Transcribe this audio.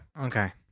Okay